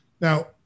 Now